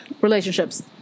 relationships